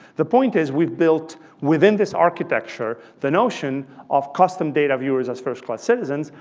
the point is we've built within this architecture the notion of custom data viewers as first-class citizens.